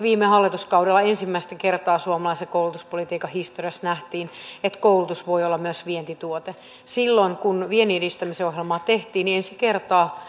viime hallituskaudella ensimmäistä kertaa suomalaisen koulutuspolitiikan historiassa nähtiin että koulutus voi olla myös vientituote silloin kun vienninedistämisohjelmaa tehtiin ensi kertaa